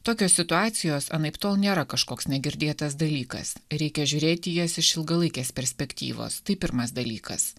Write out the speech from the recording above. tokios situacijos anaiptol nėra kažkoks negirdėtas dalykas reikia žiūrėti į jas iš ilgalaikės perspektyvos tai pirmas dalykas